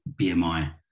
BMI